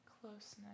closeness